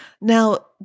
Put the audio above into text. Now